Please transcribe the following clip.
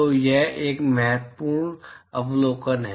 तो यह एक महत्वपूर्ण अवलोकन है